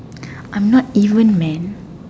I'm not even man